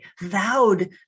vowed